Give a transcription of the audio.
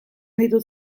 ditut